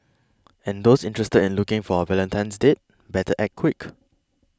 and those interested in looking for a Valentine's date better act quick